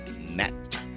net